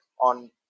on